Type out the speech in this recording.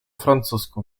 francusku